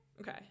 Okay